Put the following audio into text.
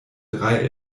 drei